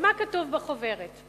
ומה כתוב בחוברת.